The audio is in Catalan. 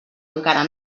encara